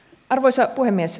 arvoisa puhemies